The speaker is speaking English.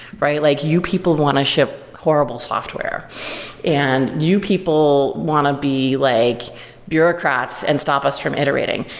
right? like you people want to ship horrible software and you people want to be like bureaucrats and stop us from iterating.